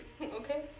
Okay